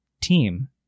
team